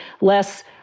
less